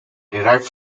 derived